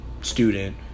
student